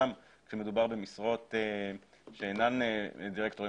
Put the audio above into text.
גם כשמדובר במשרות שאינן דירקטורים